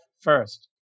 first